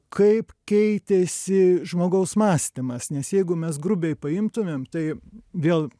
kaip keitėsi žmogaus mąstymas nes jeigu mes grubiai paimtumėm tai vėl